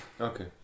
Okay